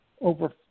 over